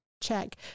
check